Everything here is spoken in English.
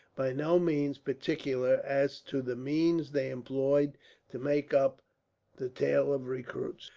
by no means, particular as to the means they employed to make up the tale of recruits.